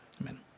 amen